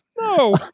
No